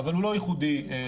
אבל הוא לא ייחודי לירושלים,